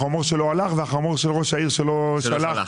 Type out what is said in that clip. החמור שלו הלך והחמור של ראש העיר שלא שלח